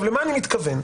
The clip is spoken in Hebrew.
למה אני מתכוון?